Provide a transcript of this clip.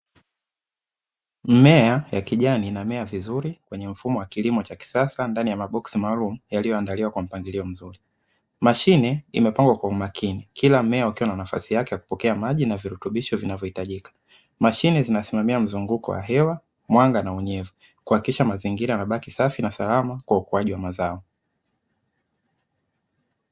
Mimea ya kijani inamea vizuri kwenye mfumo wa kilimo cha kisasa ndani ya maboksi maalum yaliyoandaliwa kwa mpangilio mzuri, mashine imepangwa kwa umakini kila mmea ukiwa na nafasi yake ya kupokea maji na virutubisho vinavyohitajika. Mashine zinasimamia mzunguko wa hewa, mwanga na unyevu kuhakikisha mzingira yanabaki safi na salama kwa ukuaji wa mazao.